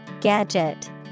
Gadget